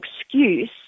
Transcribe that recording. excuse